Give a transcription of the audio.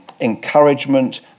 encouragement